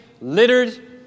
littered